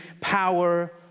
power